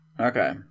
Okay